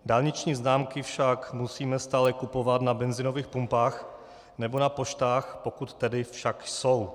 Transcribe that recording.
Dálniční známky však musíme stále kupovat na benzinových pumpách nebo na poštách, pokud tedy však jsou.